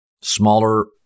Smaller